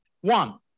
One